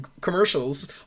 commercials